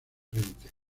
frente